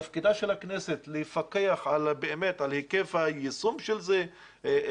תפקידה של הכנסת לפקח באמת על היקף היישום של זה,